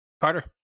carter